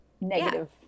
negative